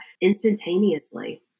instantaneously